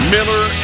Miller